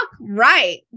right